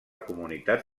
comunitat